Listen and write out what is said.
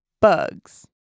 Bugs